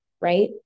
right